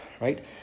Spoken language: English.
right